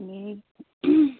এনেই